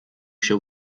się